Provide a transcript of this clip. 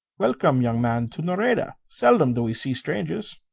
welcome, young man, to nareda. seldom do we see strangers.